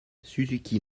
suzuki